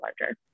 larger